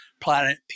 planet